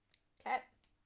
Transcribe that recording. cap